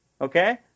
okay